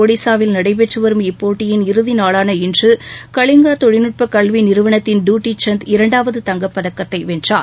ஒடிசாவில் நடைபெற்று வரும் இப்போட்டியின் இறுதிநாளான இன்று கலிங்கா தொழில்நுட்ப கல்வி நிறுவனத்தின் டுட்டி சந்த் இரண்டாவது தங்கப்பதக்கத்தை வென்றார்